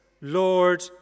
Lord